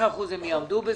ב-15% הם יעמדו.